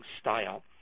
style